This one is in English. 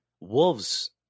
wolves